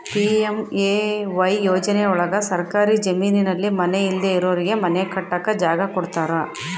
PMAY ಯೋಜನೆ ಒಳಗ ಸರ್ಕಾರಿ ಜಮೀನಲ್ಲಿ ಮನೆ ಇಲ್ದೆ ಇರೋರಿಗೆ ಮನೆ ಕಟ್ಟಕ್ ಜಾಗ ಕೊಡ್ತಾರ